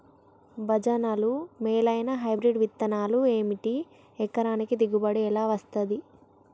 భజనలు మేలైనా హైబ్రిడ్ విత్తనాలు ఏమిటి? ఎకరానికి దిగుబడి ఎలా వస్తది?